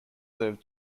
served